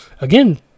again